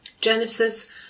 Genesis